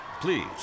please